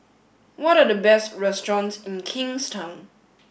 what are the best restaurants in Kingstown